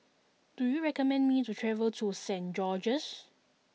do you recommend me to travel to Saint George's